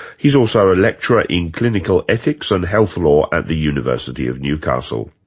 he's also a lecturer in clinical ethics and health law at the university of newcastle.